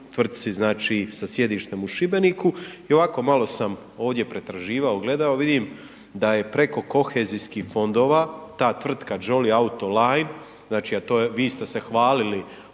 tvrtci znači sa sjedištem u Šibeniku i ovako malo sam ovdje pretraživao, gledao, vidim da je preko kohezijskih fondova ta tvrtka Jolly autoline, znači a to je, vi ste se hvalili